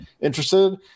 interested